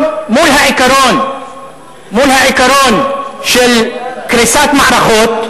העיקרון של קריסת מערכות,